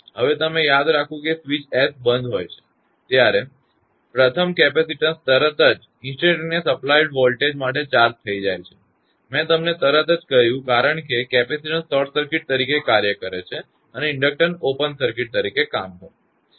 હવે તમે યાદ રાખો કે જ્યારે સ્વીચ S બંધ હોય છે ત્યારે પ્રથમ કેપેસિટેન્સ તરત જ instantaneous applied voltage માટે ચાર્જ થઈ જાય છે મેં તમને તરત જ કહ્યું કારણ કે કેપેસિટેન્સ શોર્ટ સર્કિટ તરીકે કાર્ય કરે છે અને ઇન્ડકટર ઓપન સર્કિટ તરીકે કામ કરશે